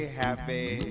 happy